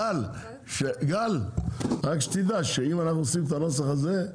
גל, רק שתדע שאם אנחנו עושים את הנוסח הזה,